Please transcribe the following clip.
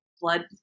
blood